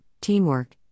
teamwork